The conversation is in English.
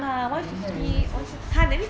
eighty cents eighty cents sorry sorry